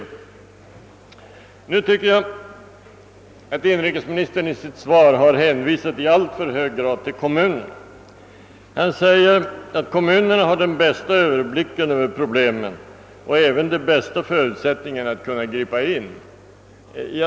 Enligt min mening har inrikesministern i sitt svar i alltför hög grad hänvisat till kommunerna. Han hävdar att »kommunerna har den bästa överblicken över problemen och även de bästa förutsättningarna att kunna gripa in».